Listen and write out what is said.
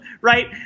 right